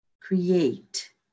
create